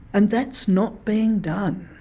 and that's not being done.